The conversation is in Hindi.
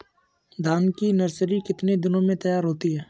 धान की नर्सरी कितने दिनों में तैयार होती है?